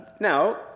Now